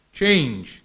change